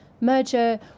merger